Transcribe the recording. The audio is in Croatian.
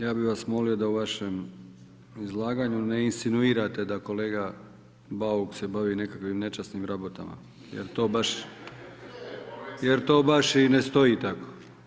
Ja bih vas molio da u vašem izlaganju ne insinuirate da kolega Bauk se bavi nekakvim nečasnim rabotama jer to baš i ne stoji tako.